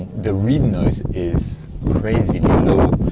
the read noise is crazily low.